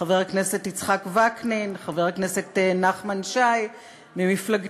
חבר הכנסת יצחק וקנין וחבר הכנסת נחמן שי ממפלגתי.